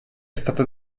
stato